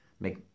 make